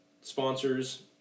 sponsors